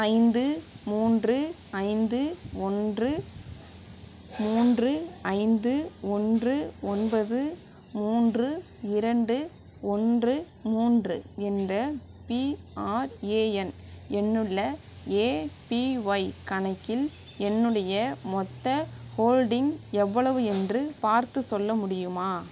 ஐந்து மூன்று ஐந்து ஒன்று மூன்று ஐந்து ஒன்று ஒன்பது மூன்று இரண்டு ஒன்று மூன்று என்ற பிஆர்ஏஎன் எண்ணுள்ள ஏபிஒய் கணக்கில் என்னுடைய மொத்த ஹோல்டிங் எவ்வளவு என்று பார்த்துச் சொல்ல முடியுமா